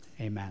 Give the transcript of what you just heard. amen